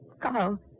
Carl